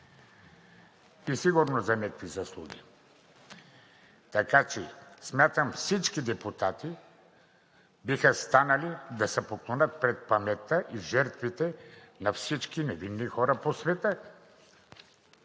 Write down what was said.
и сигурно е за някакви заслуги. Смятам, че всички депутати биха станали да се поклонят пред паметта и жертвите на всички невинни хора по света.